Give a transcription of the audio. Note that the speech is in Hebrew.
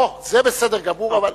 או, זה בסדר גמור.